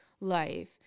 life